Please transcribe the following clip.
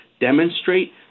demonstrate